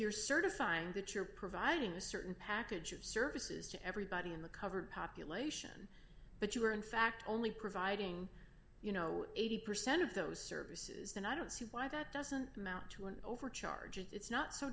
you're certifying that you're providing certain packages services to everybody in the covered population but you are in fact only providing you know eighty percent of those services and i don't see why that doesn't amount to an overcharge it's not so